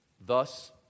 thus